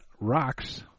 Rocks